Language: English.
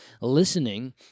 listening